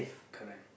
correct